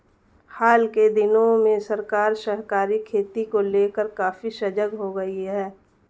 हाल के दिनों में सरकार सहकारी खेती को लेकर काफी सजग हो गई है